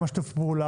גם על שיתוף הפעולה,